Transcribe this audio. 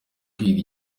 kwiga